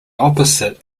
opposite